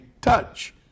touch